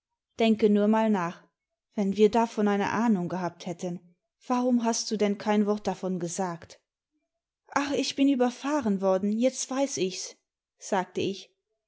denke nur mal nach wenn wir davon eine ahnung gehabt hätten warum hast du denn kein wort davon gesagt ach ich bin überfahren worden jetzt weiß ich s sagte ich